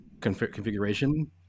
configuration